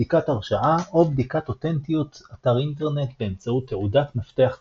בדיקת הרשאה או בדיקת אותנטיות אתר אינטרנט באמצעות תעודת מפתח ציבורי.